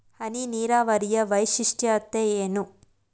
ಹನಿ ನೀರಾವರಿಯ ವೈಶಿಷ್ಟ್ಯತೆ ಏನು?